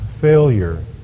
failure